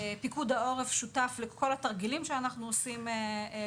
פיקוד העורף שותף כמובן לכל התרגילים שאנחנו עושים.